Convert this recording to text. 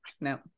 No